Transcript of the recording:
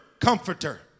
comforter